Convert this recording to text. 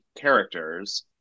characters